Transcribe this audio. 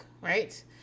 right